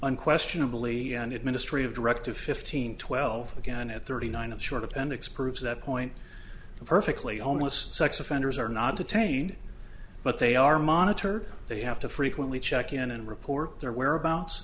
unquestionably an administrative directive fifteen twelve again at thirty nine a short appendix proves that point perfectly homeless sex offenders are not detained but they are monitored they have to frequently check in and report their whereabouts